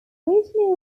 region